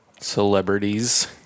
celebrities